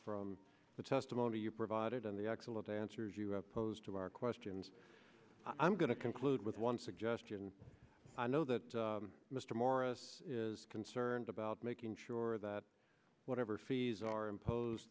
from the testimony you provided and the excellent answers you have posed to our questions i'm going to conclude with one suggestion i know that mr morris is concerned about making sure that whatever fees are imposed